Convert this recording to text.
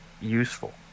useful